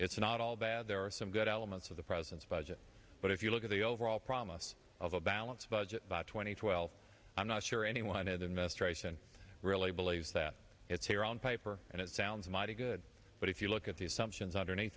it's not all bad there are some good elements of the president's budget but if you look at the overall promise of a balanced budget by two thousand and twelve i'm not sure anyone in the investigation really believes that it's here on paper and it sounds mighty good but if you look at the assumptions underneath